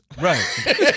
Right